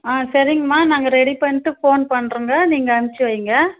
ஆ சரிங்கம்மா நாங்கள் ரெடி பண்ணிட்டு ஃபோன் பண்ணுறோங்க நீங்கள் அனுப்பிச்சி வைங்க